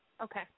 Okay